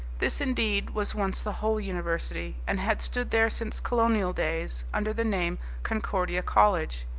this, indeed, was once the whole university, and had stood there since colonial days under the name concordia college.